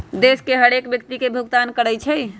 देश के हरेक व्यक्ति के भुगतान करइ छइ